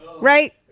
Right